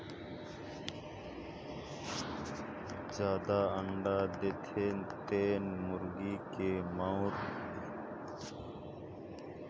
जादा अंडा देथे तेन मुरगी के मउर ह बने लाल रंग के होथे अउ चमकत रहिथे, एखर पेट हर बड़खा होथे अउ एखर चमड़ा हर मोटहा होथे